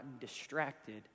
distracted